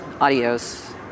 adios